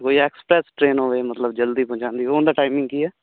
ਕੋਈ express train ਹੋਵੇ ਮਤਲਬ ਜਲਦੀ ਪਹੁੰਚਾਉਂਦੀ ਉਹ ਦਾ ਟਾਈਮਿੰਗ ਕੀ ਹੈ